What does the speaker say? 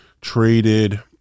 traded